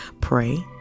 pray